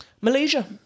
Malaysia